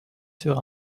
sur